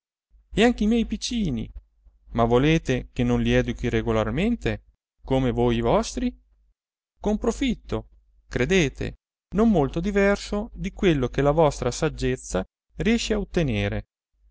anche i miei piccini ma volete che non li educhi regolarmente come voi i vostri con un profitto credete non molto diverso di quello che la vostra saggezza riesce a ottenere